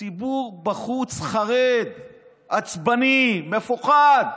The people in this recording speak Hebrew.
הציבור בחוץ חרד, עצבני, מפוחד.